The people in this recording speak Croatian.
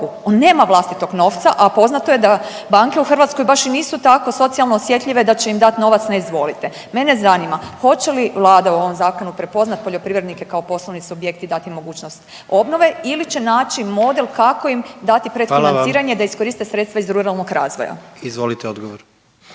on nema vlastitog novca, a poznato je da banke u Hrvatskoj baš i nisu tako socijalno osjetljive da će im dati novac na izvolite. Mene zanima, hoće li Vlada u ovom Zakonu prepoznati poljoprivrednike kao poslovni subjekt i dati mogućnost obnove ili će naći model kako im dati predfinanciranje da iskoriste sredstva iz ruralnog razvoja. **Jandroković,